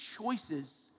choices